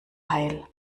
heil